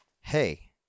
hey